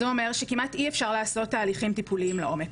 זה אומר שכמעט בלתי אפשרי לעשות תהליכים טיפוליים לעומק.